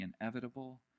inevitable